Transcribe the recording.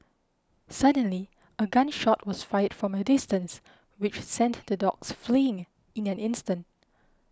suddenly a gun shot was fired from a distance which sent the dogs fleeing in an instant